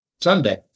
Sunday